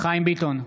חיים ביטון,